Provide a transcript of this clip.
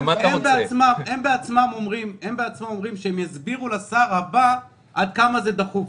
הם בעצמם אומרים שהם יסבירו לשר הבא עד כמה זה דחוף.